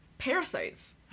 Parasites